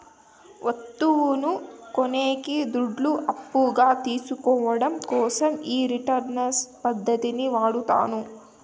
వత్తువును కొనేకి దుడ్లు అప్పుగా తీసుకోవడం కోసం ఈ రిటర్న్స్ పద్ధతిని వాడతారు